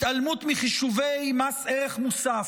התעלמות מחישובי מס ערך מוסף,